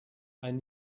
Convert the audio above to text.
ein